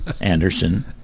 Anderson